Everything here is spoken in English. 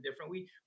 different